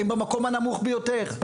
הן במקום הנמוך ביותר.